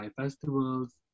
festivals